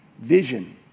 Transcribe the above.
Vision